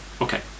okay